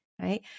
right